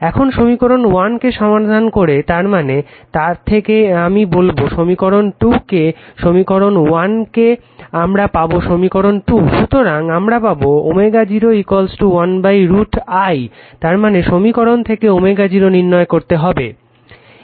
এখন সমীকরণ 1 কে সমাধান করে তার মানে তার থেকে আমি বলবো সমীকরণ 2 থেকে সমীকরণ 1 কে আমারা পাবো সমীকরণ 2 সুতরাং আমারা পাবো ω0 1√ I তারমানে এই সমীকরণ থেকে ω0 নির্ণয় করতে হবে